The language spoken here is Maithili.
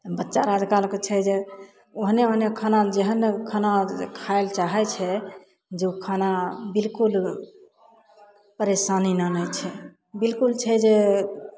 बच्चा छै जे ओहने ओहने खाना जे हइ ने खाना खाय लए चाहय छै जे खाना बिलकुल परेशानी नहि आनय छै बिलकुल छै जे